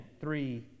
three